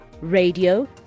radio